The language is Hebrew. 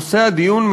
נושא הדיון,